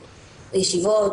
בישיבות,